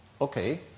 Okay